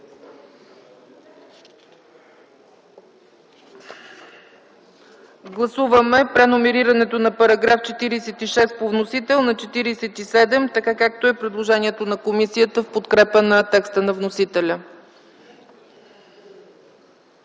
Гласуваме преномерирането на § 46 по вносител на § 47, както е предложението на комисията в подкрепа на текста на вносителя.